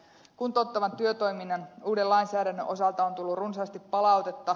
kuntouttavan työtoiminnan uuden lainsäädännön osalta on tullut runsaasti palautetta